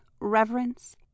reverence